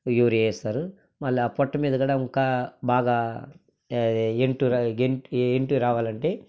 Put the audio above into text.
urea వేస్తారు మళ్ళా ఆ పోట్టు మీద కూడా ఇంకా బాగా ఎంటు గెంట్ ఎంటు రావాలంటే